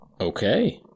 okay